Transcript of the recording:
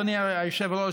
אדוני היושב-ראש,